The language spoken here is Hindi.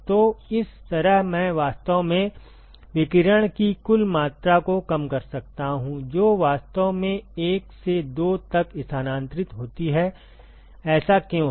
तो इस तरह मैं वास्तव में विकिरण की कुल मात्रा को कम कर सकता हूं जो वास्तव में 1 से 2 तक स्थानांतरित होती है ऐसा क्यों है